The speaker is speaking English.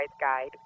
guide